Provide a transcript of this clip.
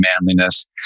manliness